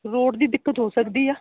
road ਦੀ ਦਿੱਕਤ ਹੋ ਸਕਦੀ ਆ